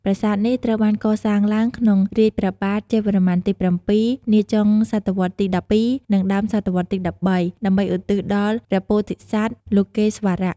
ប្រាសាទនេះត្រូវបានកសាងឡើងក្នុងរាជ្យព្រះបាទជ័យវរ្ម័នទី ៧ នាចុងសតវត្សរ៍ទី ១២ និងដើមសតវត្សរ៍ទី ១៣ ដើម្បីឧទ្ទិសដល់ព្រះពោធិសត្វលោកេស្វរៈ។